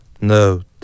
note